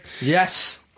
yes